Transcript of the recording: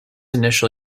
initial